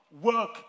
work